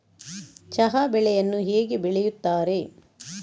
ಚಹಾ ಬೆಳೆಯನ್ನು ಹೇಗೆ ಬೆಳೆಯುತ್ತಾರೆ?